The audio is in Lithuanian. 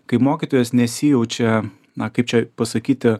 kaip mokytojas nesijaučia na kaip čia pasakyti